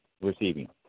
receiving